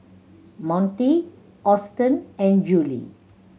Monty Austen and Juli